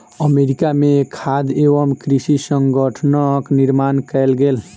America में खाद्य एवं कृषि संगठनक निर्माण कएल गेल